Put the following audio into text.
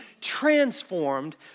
transformed